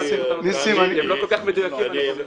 הם לא כל כך מדויקים.